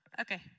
Okay